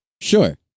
Sure